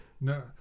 no